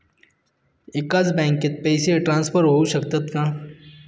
एकाच बँकेत पैसे ट्रान्सफर होऊ शकतात का?